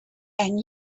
and